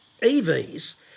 evs